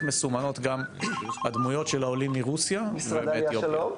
מסומנות גם הדמויות של העולים מרוסיה ומאתיופיה.